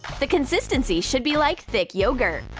the consistency should be like thick yogurt.